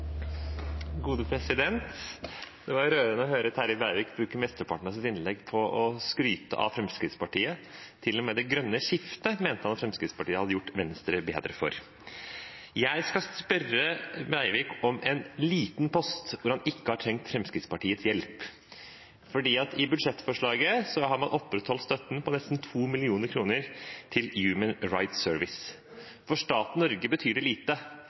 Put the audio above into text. var rørende å høre Terje Breivik bruke mesteparten av sitt innlegg på å skryte av Fremskrittspartiet. Til og med det grønne skiftet mente han at Fremskrittspartiet hadde gjort bedre. Jeg skal spørre Breivik om en liten post der han ikke har trengt Fremskrittspartiets hjelp. I budsjettforslaget har man opprettholdt støtten på nesten 2 mill. kr til Human Rights Service. For staten Norge betyr det lite,